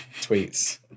tweets